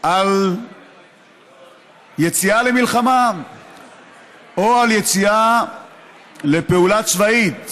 על יציאה למלחמה או על יציאה לפעולה צבאית,